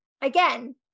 again